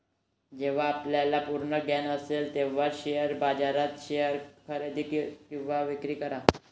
जेव्हा आपल्याला पूर्ण ज्ञान असेल तेव्हाच शेअर बाजारात शेअर्स खरेदी किंवा विक्री करा